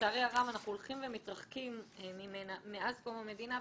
שלצערי הרב אנחנו הולכים ומתרחקים ממנה מאז קום המדינה,